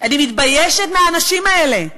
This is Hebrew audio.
אני מתביישת באנשים האלה.